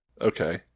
Okay